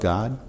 God